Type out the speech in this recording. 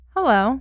Hello